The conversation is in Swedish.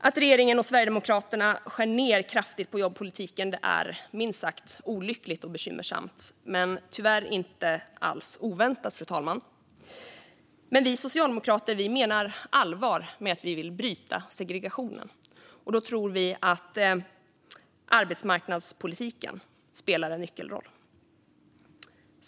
Att regeringen och Sverigedemokraterna skär ned kraftigt på jobbpolitiken är minst sagt olyckligt och bekymmersamt men tyvärr inte alls oväntat, fru talman. Vi socialdemokrater menar allvar med att vi vill bryta segregationen. Där spelar arbetsmarknadspolitiken en nyckelroll.